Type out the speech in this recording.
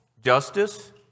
justice